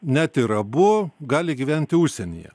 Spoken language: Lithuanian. net ir abu gali gyventi užsienyje